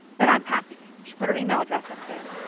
then i'm happy. and she put her email address up there,